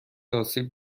آسیب